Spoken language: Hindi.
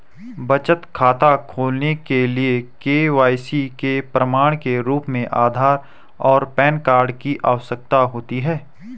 बचत खाता खोलने के लिए के.वाई.सी के प्रमाण के रूप में आधार और पैन कार्ड की आवश्यकता होती है